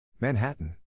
Manhattan